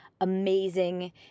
amazing